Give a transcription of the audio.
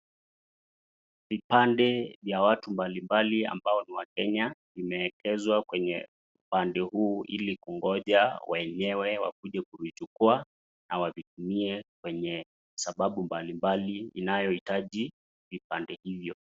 Vipande vya watu mbalimbali ambao ni wakenya imeekezwa kwenye pande huu ili kungoja wenyewe wakuje kuvichukua na wavitumie kwenye sababu mbalimbali inayohitaji vipande hivyo.